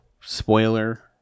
spoiler